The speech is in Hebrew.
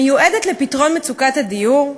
כדי להגדיל את היקף הבנייה ולפתור את משבר הדיור.